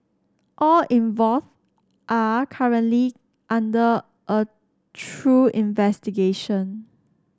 all involved are currently under a through investigation